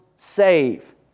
Save